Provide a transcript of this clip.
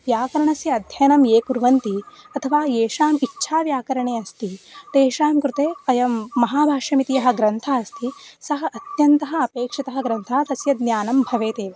व्याकरणस्य अध्ययनं ये कुर्वन्ति अथवा येषाम् इच्छा व्याकरणे अस्ति तेषां कृते अयं महाभाष्यमिति यः ग्रन्थः अस्ति सः अत्यन्तः अपेक्षितः ग्रन्थः तस्य ज्ञानं भवेदेव